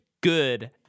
good